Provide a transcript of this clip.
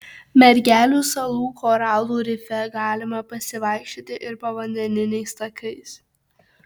mergelių salų koralų rife galima pasivaikščioti ir povandeniniais takais